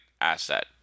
asset